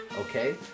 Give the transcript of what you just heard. Okay